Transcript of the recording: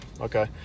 okay